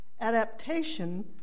adaptation